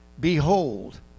behold